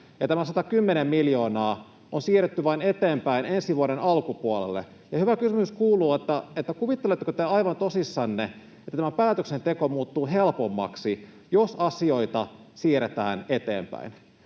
tämä 110 miljoonaa on vain siirretty eteenpäin ensi vuoden alkupuolelle. Hyvä kysymys kuuluu, kuvitteletteko te aivan tosissanne, että tämä päätöksenteko muuttuu helpommaksi, jos asioita siirretään eteenpäin.